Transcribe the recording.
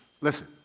listen